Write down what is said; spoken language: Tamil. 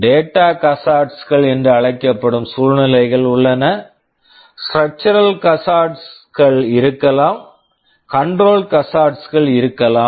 டேட்டா data ஹசார்ட்ஸ் hazards கள் என்று அழைக்கப்படும் சூழ்நிலைகள் உள்ளன ஸ்டக்சரல் structural ஹசார்ட்ஸ் hazards கள் இருக்கலாம் கண்ட்ரோல் control ஹசார்ட்ஸ் hazards கள் இருக்கலாம்